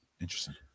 Interesting